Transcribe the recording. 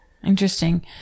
Interesting